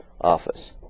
office